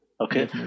Okay